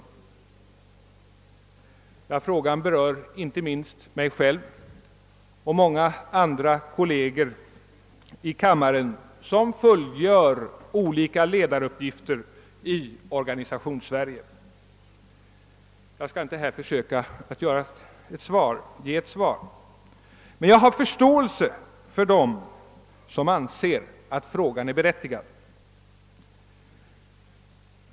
Ja, frågan berör inte minst mig själv och många andra kolleger i kammaren, som fullgör olika ledar-- uppgifter i Organisationssverige. Jag skall här inte försöka att ge ett svar, men jag har förståelse för denr som anser att frågan är berättigad.